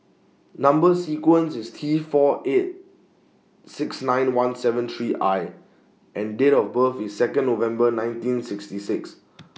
Number sequence IS T four eight six nine one seven three I and Date of birth IS Second November nineteen sixty six